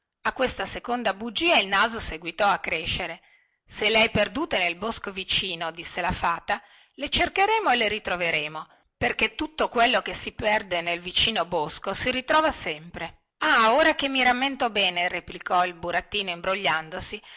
a questa seconda bugia il naso seguitò a crescere se le hai perdute nel bosco vicino disse la fata le cercheremo e le ritroveremo perché tutto quello che si perde nel vicino bosco si ritrova sempre ah ora che mi rammento bene replicò il burattino imbrogliandosi